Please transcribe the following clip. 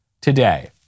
today